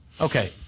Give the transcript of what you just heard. Okay